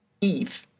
Eve